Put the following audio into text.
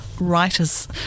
Writers